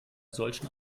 solchen